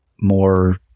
more